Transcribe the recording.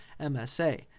MSA